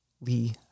Lee